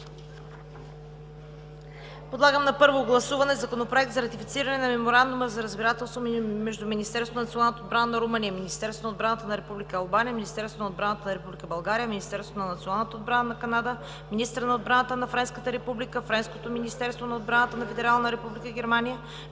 Подлагам на първо гласуване Законопроект за ратифициране на Меморандума за разбирателство между Министерството на националната отбрана на Румъния, Министерството на отбраната на Република Албания, Министерството на отбраната на Република България, Министерството на националната отбрана на Канада, министъра на отбраната на Френската република, Федералното министерство на отбраната на Федерална република Германия,